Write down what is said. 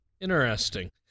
Interesting